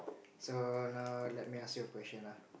so now let me ask you a question lah